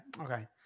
okay